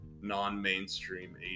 non-mainstream